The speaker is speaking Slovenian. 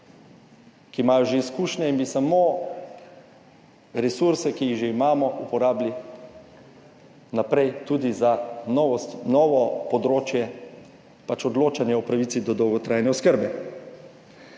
ki imajo že izkušnje in bi samo resurse, ki jih že imamo, uporabili naprej, tudi za novo, novo področje pač odločanja o pravici do dolgotrajne oskrbe,